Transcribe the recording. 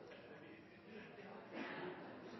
vi